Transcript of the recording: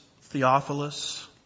Theophilus